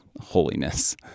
holiness